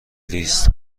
لیست